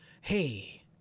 hey